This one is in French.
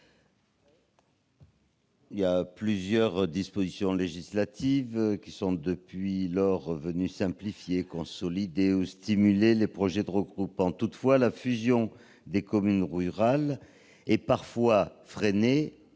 lors, plusieurs dispositions législatives sont venues simplifier, consolider ou stimuler les projets de regroupement. Toutefois, la fusion des communes rurales est parfois freinée